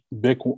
big